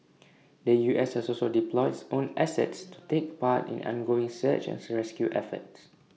the U S has also deploys own assets to take part in ongoing search and sir rescue efforts